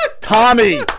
Tommy